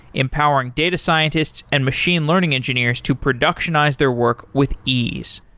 empowering data scientists and machine learning engineers to productionize their work with ease.